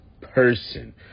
person